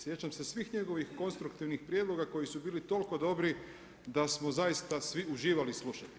Sjećam se svih njegovih konstruktivnih prijedloga koji su bili toliko dobri da smo zaista svi uživali slušati ih.